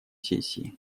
сессии